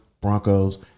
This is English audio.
Broncos